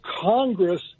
Congress